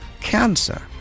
cancer